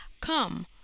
come